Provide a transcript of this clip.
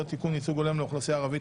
(תיקון - ייצוג הולם לאוכלוסייה הערבית),